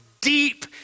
deep